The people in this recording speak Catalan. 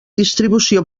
distribució